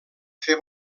fer